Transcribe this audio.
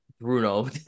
Bruno